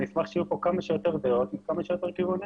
אני אשמח שיהיו פה כמה שיותר דעות עם כמה שיותר כיוונים.